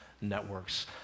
networks